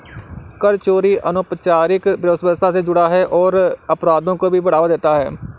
कर चोरी अनौपचारिक अर्थव्यवस्था से जुड़ा है और अपराधों को भी बढ़ावा देता है